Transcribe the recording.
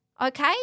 okay